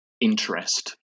interest